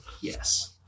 Yes